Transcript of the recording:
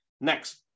Next